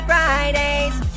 Fridays